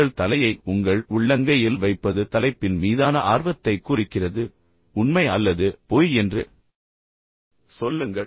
உங்கள் தலையை உங்கள் உள்ளங்கையில் வைப்பது தலைப்பின் மீதான ஆர்வத்தைக் குறிக்கிறது உண்மை அல்லது பொய் என்று சொல்லுங்கள்